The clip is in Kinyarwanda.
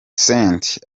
cent